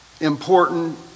important